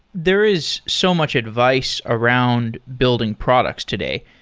there is so much advice around building products today.